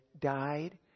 died